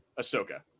Ahsoka